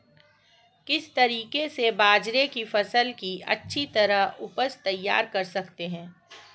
किस तरीके से बाजरे की फसल की अच्छी उपज तैयार कर सकते हैं?